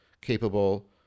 capable